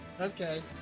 okay